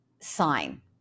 sign